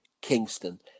Kingston